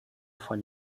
von